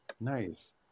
Nice